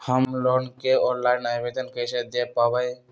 Home loan के online आवेदन कैसे दें पवई?